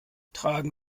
tragen